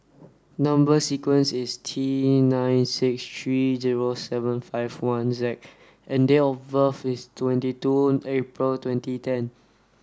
number sequence is T nine six three zero seven five one Z and date of birth is twenty two April twenty ten